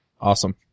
Awesome